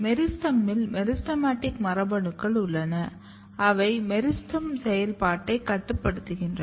மெரிஸ்டெமில் மெரிஸ்டெமடிக் மரபணுக்கள் உள்ளன அவை மெரிஸ்டெம் செயல்பாட்டைக் கட்டுப்படுத்துகின்றன